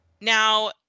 now